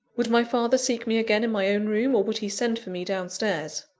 would my father seek me again in my own room, or would he send for me down stairs?